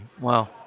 Wow